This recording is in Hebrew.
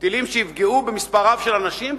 טילים שיפגעו במספר רב של אנשים,